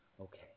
Okay